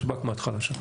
השב"כ מהתחלה שם.